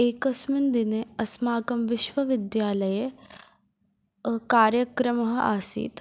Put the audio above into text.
एकस्मिन् दिने अस्माकं विश्वविद्यालये कार्यक्रमः आसीत्